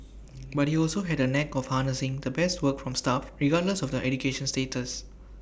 but he also had A knack for harnessing the best work from staff regardless of their education status